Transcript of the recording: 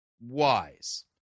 wise